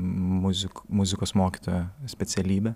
muzik muzikos mokytojo specialybę